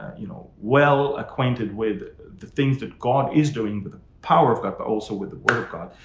you know, well acquainted with the things that god is doing with the power of god, but also with the word of god.